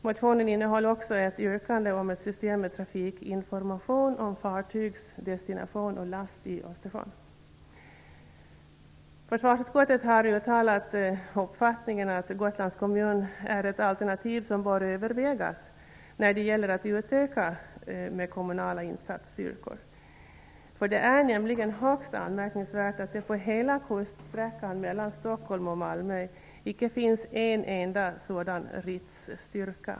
Motionen innehöll också ett yrkande om ett system med trafikinformation om fartygs destination och last i Östersjön. Försvarsutskottet har uttalat uppfattningen att Gotlands kommun är ett alternativ som bör övervägas när det gäller att utöka med kommunala insatsstyrkor. Det är nämligen högst anmärkningsvärt att det på hela kuststräckan mellan Stockholm och Malmö icke finns en enda sådan RITS-styrka.